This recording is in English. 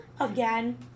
again